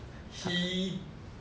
he